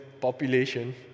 population